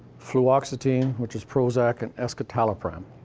fluoxetine, which is prozac, and escitalopram.